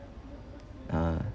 uh